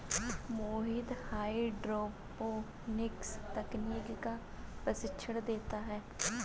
मोहित hydroponics तकनीक का प्रशिक्षण देता है